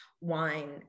wine